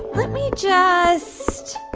let me just